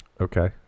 Okay